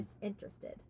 Disinterested